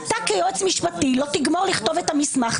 אתה כיועץ משפטי לא תגמור לכתוב את המסמך,